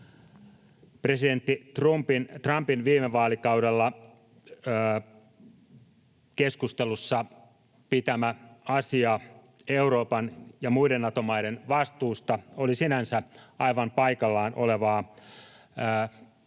Presidentti Trumpin viime vaalikaudella keskustelussa pitämä asia Euroopan ja muiden Nato-maiden vastuusta oli sinänsä aivan paikallaan olevaa paineen